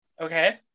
okay